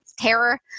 terror